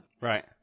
Right